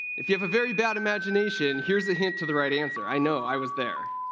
if you have a very bad imagination, here's a hint to the right answer. i know. i was there.